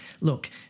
look